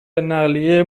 نقلیه